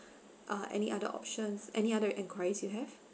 uh any other options any other inquiries you have